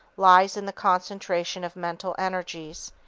lies in the concentration of mental energies.